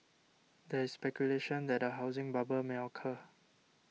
there is speculation that a housing bubble may occur